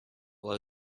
low